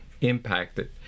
impacted